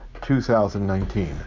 2019